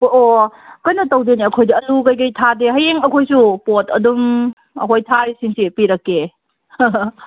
ꯑꯣ ꯑꯣ ꯀꯩꯅꯣ ꯇꯧꯗꯣꯏꯅꯦ ꯑꯩꯈꯣꯏꯗꯤ ꯑꯥꯂꯨ ꯀꯩꯀꯩ ꯊꯥꯗꯦ ꯍꯌꯦꯡ ꯑꯩꯈꯣꯏꯁꯨ ꯄꯣꯠ ꯑꯗꯨꯝ ꯑꯩꯈꯣꯏ ꯊꯥꯔꯤꯁꯤꯡꯁꯦ ꯄꯤꯔꯛꯀꯦ